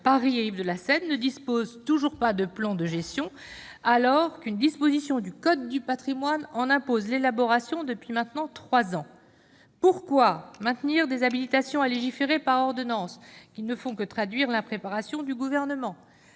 Paris, rives de la Seine » ne dispose toujours pas d'un plan de gestion, dont une disposition du code du patrimoine impose pourtant l'élaboration depuis maintenant trois ans. Pourquoi maintenir des habilitations à légiférer par ordonnances qui ne font que trahir l'impréparation du Gouvernement ?